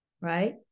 Right